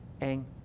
en